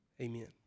Amen